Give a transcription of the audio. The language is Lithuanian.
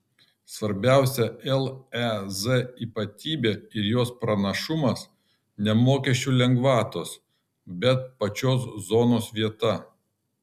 svarbiausia lez ypatybė ir jos pranašumas ne mokesčių lengvatos bet pačios zonos vieta